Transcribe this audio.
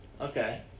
Okay